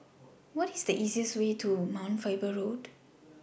What IS The easiest Way to Mount Faber Road